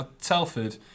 Telford